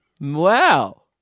Wow